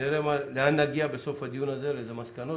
נראה לאן נגיע בסוף הדיון הזה, לאיזה מסקנות.